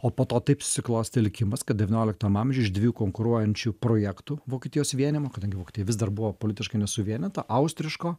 o po to taip susiklostė likimas kad devynioliktam amžiuj iš dviejų konkuruojančių projektų vokietijos vienijimo kadangi vokietija vis dar buvo politiškai nesuvienyta austriško